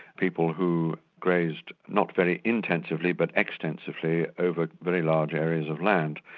people who grazed not very intensively but extensively over very large areas of land.